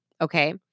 Okay